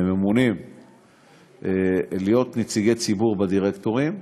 הם ממונים להיות נציגי ציבור בדירקטורים,